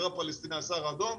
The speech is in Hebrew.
גרר פלסטינאי או הסהר האדום,